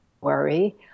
worry